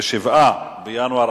אורית